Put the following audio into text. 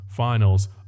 Finals